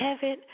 heaven